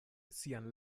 sian